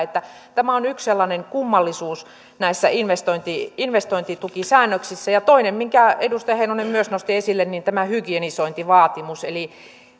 tämä on yksi sellainen kummallisuus näissä investointitukisäännöksissä toinen minkä edustaja heinonen myös nosti esille on tämä hygienisointivaatimus eli